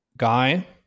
Guy